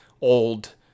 old